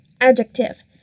adjective